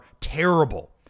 terrible